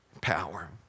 Power